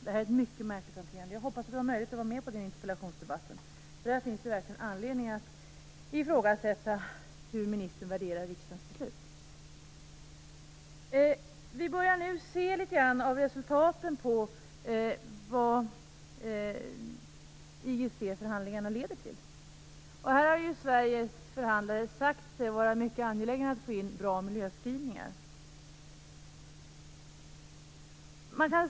Regeringens hanterande av denna fråga är mycket märkligt. Jag hoppas att Hanna Zetterberg har möjlighet att delta i interpellationsdebatten, eftersom det verkligen finns anledning att ifrågasätta hur ministern värderar riksdagens beslut. Vi börjar nu se en del resultat av IGC förhandlingarna. Sveriges förhandlare har ju sagt sig vara mycket angelägna att få in miljöskrivningar.